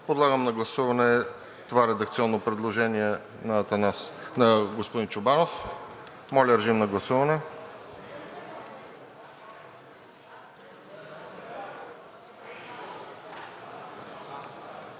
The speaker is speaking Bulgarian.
Подлагам на гласуване това редакционно предложение на господин Чобанов. Гласували